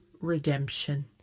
redemption